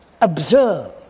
observe